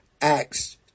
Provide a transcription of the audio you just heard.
Acts